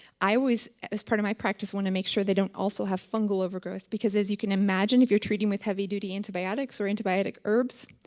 i was, as part of my practice, want to make sure they don't also have fungal overgrowth. because, as you can imagine, if you're treating with heavy duty antibiotics or antibiotic herbs,